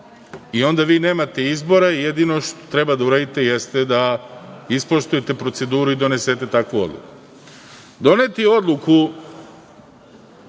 i onda vi nemate izbora, jedino što treba da uradite jeste da ispoštujete proceduru i donesete takvu odluku. Doneti Odluku